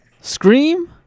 Scream